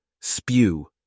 SPEW